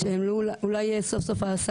תודה.